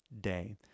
day